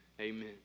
Amen